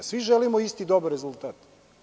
Svi želimo isti dobar rezultat.